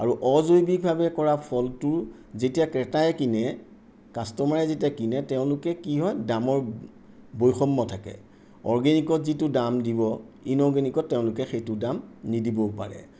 আৰু অজৈৱিকভাৱে কৰা ফলটো যেতিয়া ক্ৰেতাই কিনে কাষ্টমাৰে যেতিয়া কিনে তেওঁলোকে কি হয় দামৰ বৈষম্য থাকে অৰ্গেনিকত যিটো দাম দিব ইনঅৰ্গেনিকত তেওঁলোকে সেইটো দাম নিদিবও পাৰে